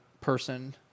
person